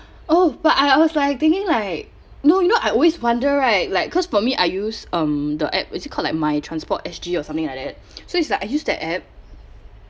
oh but I I was like thinking like no you know I always wonder right like cause for me I use um the app was it called like mytransport S_G or something like that so it's like I use the app